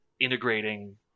integrating